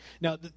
Now